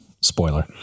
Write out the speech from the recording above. Spoiler